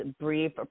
brief